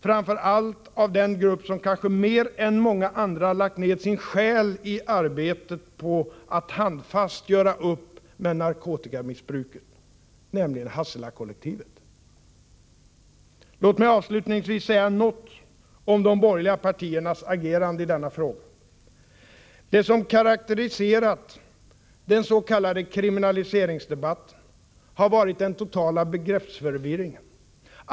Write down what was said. Framför allt stöds vi av den grupp som kanske mer än flertalet andra lagt ned sin själ i arbetet på att handfast göra upp med narkotikamissbruket, nämligen Låt mig avslutningsvis säga något om de borgerliga partiernas agerande i denna fråga. Det som karakteriserat den s.k. kriminaliseringsdebatten har varit den totala begreppsförvirringen.